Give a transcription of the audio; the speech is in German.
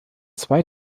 zwei